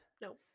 No